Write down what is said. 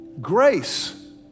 Grace